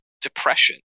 depression